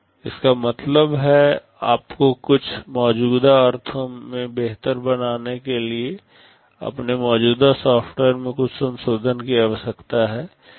इसका मतलब है आपको कुछ मौजूदा अर्थों में बेहतर बनाने के लिए अपने मौजूदा सॉफ़्टवेयर में कुछ संशोधनों की आवश्यकता है